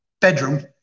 bedroom